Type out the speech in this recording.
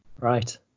Right